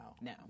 No